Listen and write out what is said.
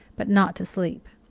but not to sleep.